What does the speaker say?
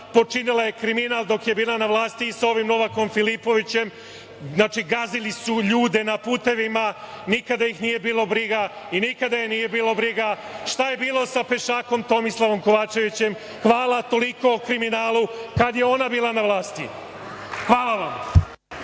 Počinila je kriminal dok je bila na vlasti i sa ovim Novakom Filipovićem. Gazili su znači ljude na putevima, nikada ih nije bilo briga i nikada ih nije bilo briga šta je bilo sa pešakom Tomislavom Kovačevićem. Toliko o kriminalu kada je ona bila na vlasti. Hvala.